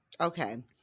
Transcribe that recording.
Okay